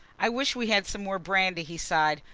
i wish we had some more brandy, he sighed.